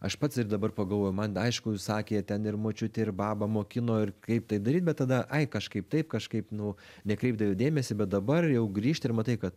aš pats ir dabar pagalvoju man aišku sakė ten ir močiutė ir baba mokino ir kaip tai daryt bet tada ai kažkaip taip kažkaip nu nekreipdavai dėmesį bet dabar jau grįžti ir matai kad